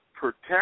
protect